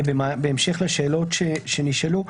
בהמשך לשאלות שנשאלו.